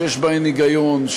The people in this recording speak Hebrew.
שיש בהן היגיון,